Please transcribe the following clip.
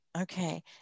Okay